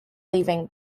leaving